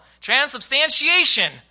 Transubstantiation